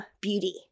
beauty